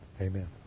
Amen